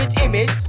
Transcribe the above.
image